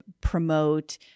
promote